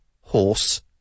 horse